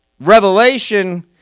revelation